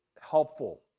helpful